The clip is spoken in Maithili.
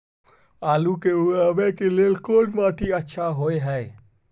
आलू उगाबै के लेल कोन माटी अच्छा होय है?